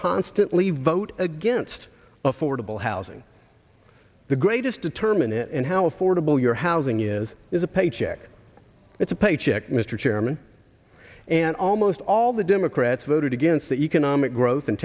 constantly vote against affordable housing the greatest determinant and how affordable your housing is is a paycheck it's a paycheck mr chairman and almost all the democrats voted against the economic growth and